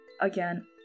again